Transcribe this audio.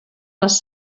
les